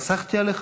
פסחתי עליך?